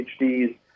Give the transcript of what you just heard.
PhDs